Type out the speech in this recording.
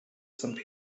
some